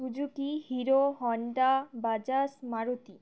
Suzuki Hero Honda Bajaj Maruti